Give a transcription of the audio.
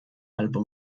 albo